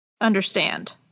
understand